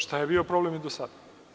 Šta je bio problem i do sada?